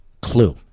clue